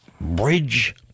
Bridge